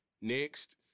Next